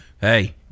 Hey